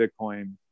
Bitcoin